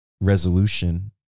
resolution